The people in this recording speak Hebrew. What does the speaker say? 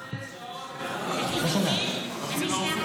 רק שתדע, אדוני השר,